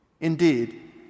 indeed